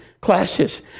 classes